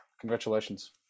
Congratulations